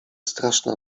straszna